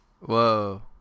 Whoa